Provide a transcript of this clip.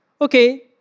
Okay